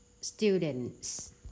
Students